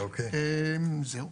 זהו.